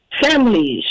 families